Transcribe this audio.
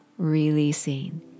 Releasing